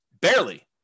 barely